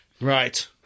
Right